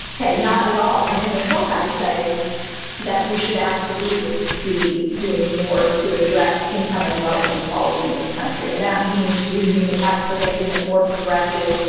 ok? not at all. and in the book, i say that we should absolutely be doing more to address income and wealth inequality in this country. and that means using the tax code, making it more progressive,